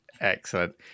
Excellent